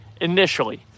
initially